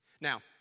Now